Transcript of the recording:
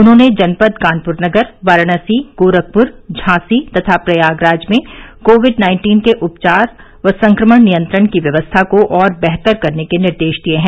उन्होंने जनपद कानपुर नगर वाराणसी गोरखप्र झांसी तथा प्रयागराज में कोविड नाइन्टीन के उपचार व संक्रमण नियंत्रण की व्यवस्था को और बेहतर करने के निर्देश दिए हैं